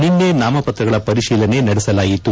ನಿನ್ನೆ ನಾಮಪತ್ರಗಳ ಪರಿಶೀಲನೆ ನಡೆಸಲಾಯಿತು